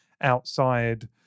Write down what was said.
outside